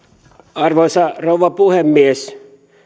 arvoisa rouva puhemies